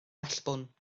allbwn